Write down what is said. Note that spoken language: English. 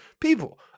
People